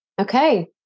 Okay